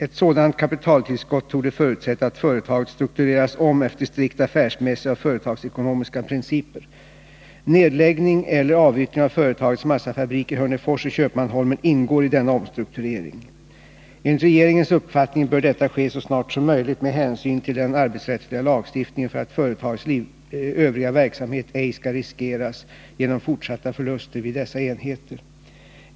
Ett sådant kapitaltillskott torde förutsätta att företaget struktureras om efter strikt affärsmässiga och företagsekonomiska principer. Nedläggning eller avyttring av företagets massafabriker i Hörnefors och Köpmanholmen ingår i denna omstrukturering. Enligt regeringens uppfattning bör detta ske så snart som möjligt med hänsyn till den arbetsrättsliga lagstiftningen för att företagets övriga verksamhet ej skall riskeras genom fortsatta förluster vid dessa enheter.